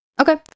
Okay